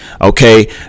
okay